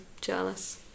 Jealous